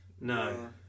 No